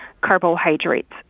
carbohydrates